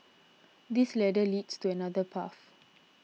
this ladder leads to another path